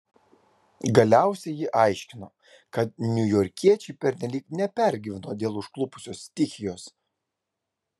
galiausiai ji aiškino kad niujorkiečiai pernelyg nepergyveno dėl užklupusios stichijos